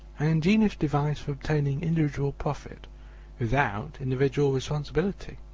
an ingenious device for obtaining individual profit without individual responsibility.